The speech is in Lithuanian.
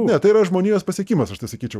ne tai yra žmonijos pasiekimas aš tai sakyčiau